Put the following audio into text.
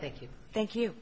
thank you thank you